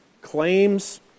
claims